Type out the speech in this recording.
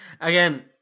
Again